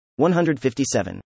157